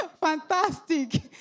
Fantastic